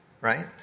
right